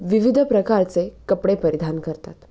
विविध प्रकारचे कपडे परिधान करतात